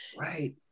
right